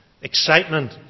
excitement